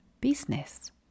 business